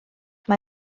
mae